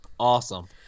Awesome